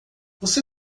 você